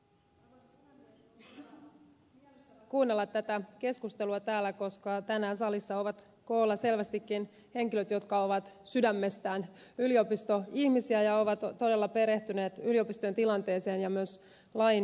on todella miellyttävää kuunnella tätä keskustelua täällä koska tänään salissa ovat koolla selvästikin henkilöt jotka ovat sydämestään yliopistoihmisiä ja ovat todella perehtyneet yliopistojen tilanteeseen ja myös lain sisältöön